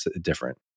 different